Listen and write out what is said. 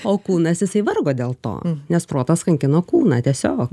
o kūnas jisai vargo dėl to nes protas kankino kūną tiesiog